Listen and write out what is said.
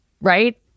right